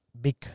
big